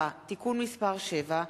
(שירות במשטרה ושירות מוכר) (תיקון מס' 14),